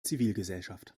zivilgesellschaft